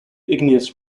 igneous